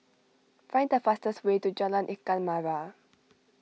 find the fastest way to Jalan Ikan Merah